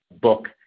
book